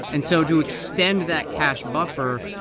and so to extend that cash buffer,